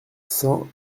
cent